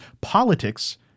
politics